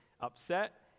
upset